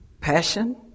Passion